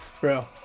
bro